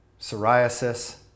psoriasis